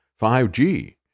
5G